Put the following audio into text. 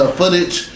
footage